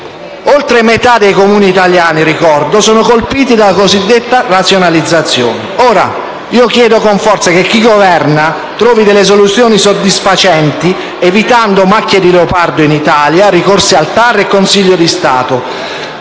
oltre metà dei Comuni italiani sono colpiti dalla cosiddetta razionalizzazione. Ora, chiedo con forza che chi governa trovi soluzioni soddisfacenti, evitando macchie di leopardo in Italia, ricorsi al TAR e al Consiglio di Stato